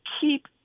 keep